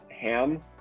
ham